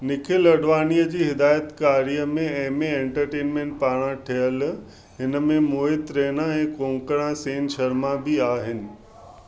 निखिल अॾवाणीअ जी हिदायतकारीअ में ऐं एमे एंटरटेनमेंट पारां ठहियलु हिन में मोहित रैना ऐं कोंकणा सेन शर्मा बि आहिनि